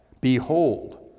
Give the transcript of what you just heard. Behold